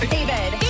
David